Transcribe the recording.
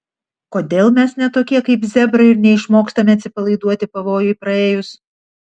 kodėl mes ne tokie kaip zebrai ir neišmokstame atsipalaiduoti pavojui praėjus